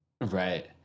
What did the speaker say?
right